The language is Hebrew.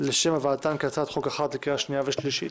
לשם הבאתן כהצעת חוק אחת לקריאה שנייה ושלישית.